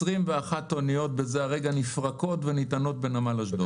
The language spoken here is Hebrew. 21 אוניות בזה הרגע נפרקות ונטענות בנמל אשדוד.